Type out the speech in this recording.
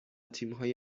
تیمهای